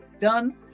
done